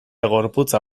gorputza